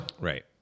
Right